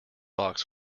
box